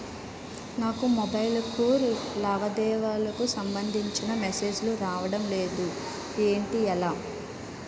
నాకు మొబైల్ కు లావాదేవీలకు సంబందించిన మేసేజిలు రావడం లేదు ఏంటి చేయాలి?